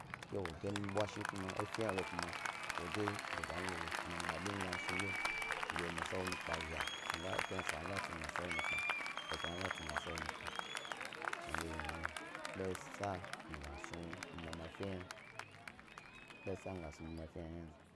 Kew o de mi bwashi lo efe hna lo kuma wo de ɓe bwa lo ge kuma nga dinga mi snu lo mi yiwo misa wo nukpe zhni fe, sa hna ga tsi mi ga sawo nukpe, esa hna ga tsi mi gas a wo nukpe shnandye yi yna hna bendye sa mi gas nu mi ma a fe hna.